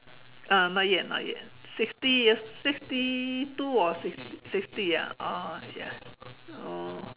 uh not yet not yet sixty years fifty two or sixty ah oh ya oh